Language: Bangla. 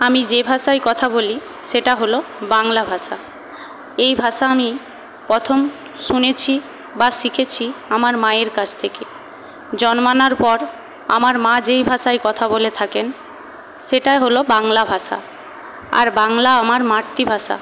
আমি যে ভাষায় কথা বলি সেটা হল বাংলা ভাষা এই ভাষা আমি প্রথম শুনেছি বা শিখেছি আমার মায়ের কাছ থেকে জন্মানোর পর আমার মা যেই ভাষায় কথা বলে থাকেন সেটাই হল বাংলা ভাষা আর বাংলা আমার মাতৃভাষা